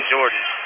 Jordan